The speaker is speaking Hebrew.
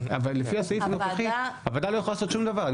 לפי הסעיף הנוכחי הוועדה לא יכולה לעשות שום דבר.